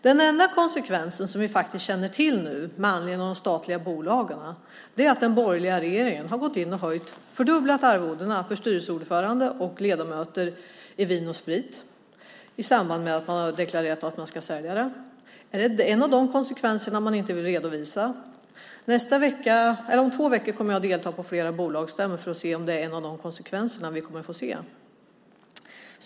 Den enda konsekvens som vi känner till i samband med de statliga bolagen är att den borgerliga regeringen har gått in och fördubblat arvodena för styrelseordförande och ledamöter i Vin & Sprit när man har deklarerat att man ska sälja det. Är det en av de konsekvenser som man inte vill redovisa? Om två veckor kommer jag att delta i flera bolagsstämmor för att se om det är en av de konsekvenser som vi kommer att få se.